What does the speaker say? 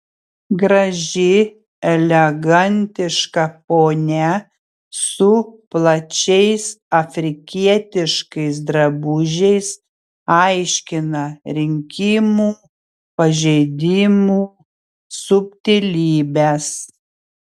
graži elegantiška ponia su plačiais afrikietiškais drabužiais aiškina rinkimų pažeidimų subtilybes